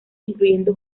incluyendo